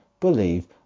believe